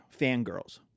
Fangirls